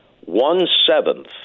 one-seventh